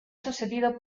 sucedido